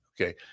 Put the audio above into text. okay